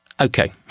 Okay